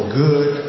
good